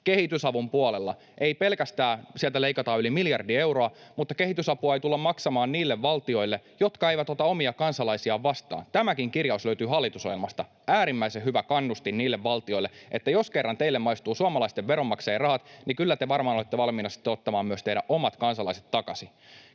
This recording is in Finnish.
Kehitysavun puolella sieltä ei pelkästään leikata yli miljardia euroa, vaan kehitysapua ei tulla maksamaan niille valtioille, jotka eivät ota omia kansalaisiaan vastaan. Tämäkin kirjaus löytyy hallitusohjelmasta. Äärimmäisen hyvä kannustin niille valtioille, että jos kerran teille maistuvat suomalaisten veronmaksajien rahat, niin kyllä te varmaan olette valmiina sitten ottamaan myös teidän omat kansalaiset takaisin.